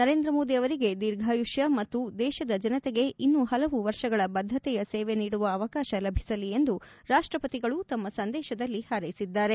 ನರೇಂದ್ರ ಮೋದಿ ಅವರಿಗೆ ದೀರ್ಘಾಯುಷ್ಟ ಮತ್ತು ದೇಶದ ಜನತೆಗೆ ಇನ್ನೂ ಹಲವು ವರ್ಷಗಳ ಬದ್ದತೆಯ ಸೇವೆ ನೀಡುವ ಅವಕಾಶ ಲಭಿಸಲಿ ಎಂದು ರಾಷ್ಟಪತಿಗಳು ತಮ್ಮ ಸಂದೇತದಲ್ಲಿ ಹಾರ್ಯೆಸಿದ್ದಾರೆ